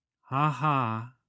Ha-ha